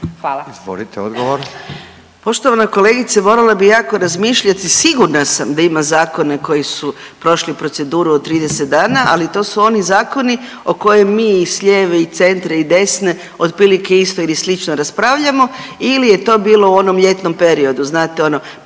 Anka (GLAS)** Poštovana kolegice morala bih jako razmišljati, sigurna sam da ima zakona koji su prošli proceduru od 30 dana, ali to su oni zakoni o kojim mi s lijeve i centra i desene otprilike isto ili slično raspravljamo ili je to bilo u onom ljetnom periodu, znate ono